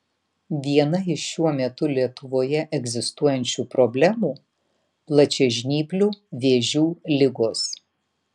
viena iš šiuo metu lietuvoje egzistuojančių problemų plačiažnyplių vėžių ligos